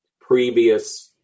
previous